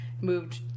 moved